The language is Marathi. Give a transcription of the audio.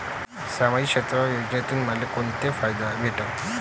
सामाजिक क्षेत्र योजनेतून मले कोंते फायदे भेटन?